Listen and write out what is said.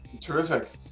Terrific